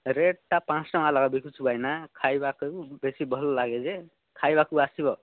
ରେଟ୍ଟା ପାଞ୍ଚଶହ ଟଙ୍କା ଲାଖା ବିକୁଛୁ ଭାଇନା ଖାଇବା କଇବୁ ବେଶୀ ଭଲ ଲାଗେ ଯେ ଖାଇବାକୁ ଆସିବ